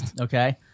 Okay